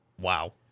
wow